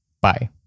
bye